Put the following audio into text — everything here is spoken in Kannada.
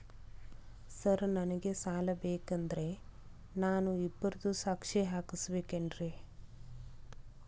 ಸರ್ ನನಗೆ ಸಾಲ ಬೇಕಂದ್ರೆ ನಾನು ಇಬ್ಬರದು ಸಾಕ್ಷಿ ಹಾಕಸಬೇಕೇನ್ರಿ?